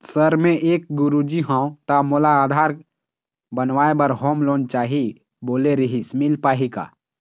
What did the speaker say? Sir मे एक गुरुजी हंव ता मोला आधार बनाए बर होम लोन चाही बोले रीहिस मील पाही का?